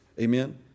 Amen